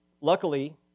luckily